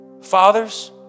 Fathers